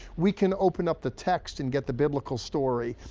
we can open up the text and get the biblical story.